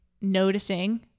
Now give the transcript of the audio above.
noticing